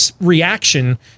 reaction